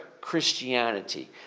Christianity